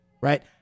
right